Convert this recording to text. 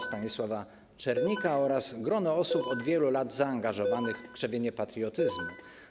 Stanisława Czernika oraz grono osób od wielu lat zaangażowanych w krzewienie patriotyzmu.